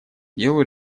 делу